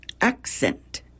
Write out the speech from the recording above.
accent